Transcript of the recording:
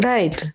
Right